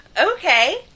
Okay